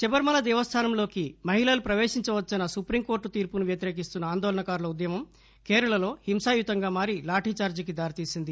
శబరిమల దేవస్థానంలోకి మహిళలు ప్రవేశించవచ్చని సుప్రీంకోర్టు ఇచ్చిన తీర్పును వ్యతిరేకిస్తున్న ఆందోళనకారుల ఉధ్యమం కేరళలో హింసాయుతంగా మారి లాఠీ చార్ఘీకి దారితీసింది